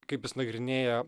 kaip jis nagrinėja